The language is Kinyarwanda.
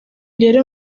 rero